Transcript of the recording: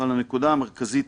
הנקודה המרכזית,